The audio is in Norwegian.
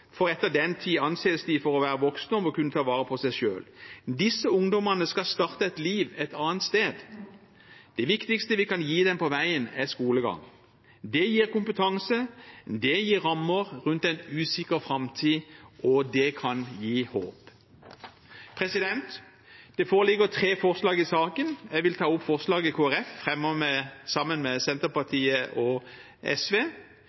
for etter den tid anses de for å være voksne og må kunne ta vare på seg selv. Disse ungdommene skal starte et liv et annet sted. Det viktigste vi kan gi dem på veien er skolegang. Det gir kompetanse, det gir rammer rundt en usikker framtid og det kan gi håp.» Det foreligger to forslag i saken. Jeg vil ta opp forslaget Kristelig Folkeparti fremmer sammen med Senterpartiet og SV.